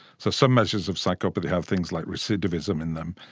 so some measures of psychopathy have things like recidivism in them,